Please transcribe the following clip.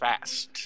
fast